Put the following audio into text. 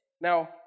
Now